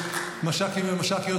מש"קים ומש"קיות,